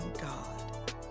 God